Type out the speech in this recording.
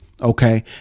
Okay